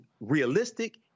realistic